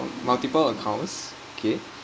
multiple accounts K